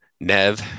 nev